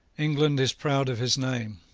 england is proud of his name.